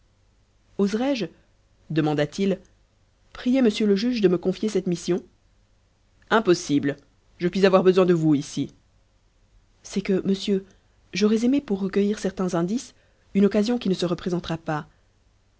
oserais-je demanda-t-il prier monsieur le juge de me confier cette mission impossible je puis avoir besoin de vous ici c'est que monsieur j'aurais aimé pour recueillir certains indices une occasion qui ne se représentera pas